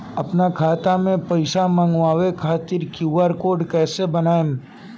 आपन खाता मे पैसा मँगबावे खातिर क्यू.आर कोड कैसे बनाएम?